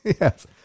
yes